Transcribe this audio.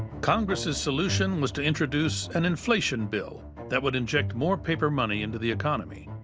congress's solution was to introduce an inflation bill that would inject more paper money into the economy.